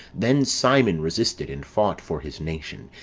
then simon resisted and fought for his nation,